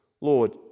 Lord